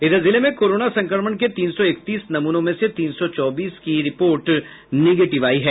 इधर जिले में कोरोना संक्रमण के तीन सौ इकतीस नमूनों में से तीन सौ चौबीस की रिपोर्ट निगेटिव आयी है